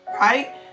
right